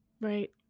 Right